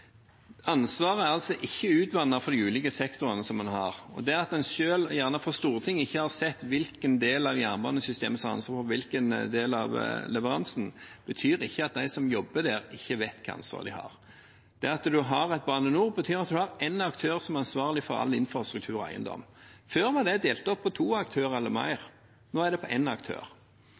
Ansvaret er altså ikke utvannet for de ulike sektorene som en har. Det at en selv, gjerne fra Stortinget, ikke har sett hvilken del av jernbanesystemet som har ansvaret for hvilken del av leveransen, betyr ikke at de som jobber der, ikke vet hvilket ansvar de har. Det at en har et Bane NOR, betyr at en har én aktør som er ansvarlig for all infrastruktur og eiendom. Før var det fordelt på to aktører eller flere, nå er det én aktør.